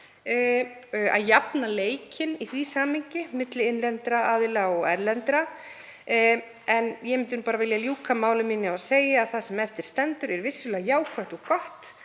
að jafna leikinn í því samhengi milli innlendra aðila og erlendra. En ég myndi vilja ljúka máli mínu á að segja að það sem eftir stendur er vissulega jákvætt og gott